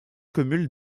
commune